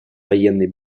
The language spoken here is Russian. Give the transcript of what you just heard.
военной